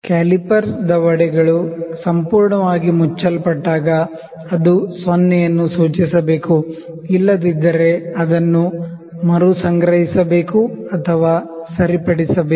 callipers ದವಡೆಗಳು ಸಂಪೂರ್ಣವಾಗಿ ಮುಚ್ಚಲ್ಪಟ್ಟಾಗ ಅದು 0 ಅನ್ನು ಸೂಚಿಸಬೇಕು ಇಲ್ಲದಿದ್ದರೆ ಅದನ್ನು ಮರು ಮಾಪನಾಂಕನಿರ್ಣಯ ಮಾಡಬೇಕು ಅಥವಾ ಸರಿಪಡಿಸಬೇಕು